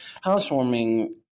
Housewarming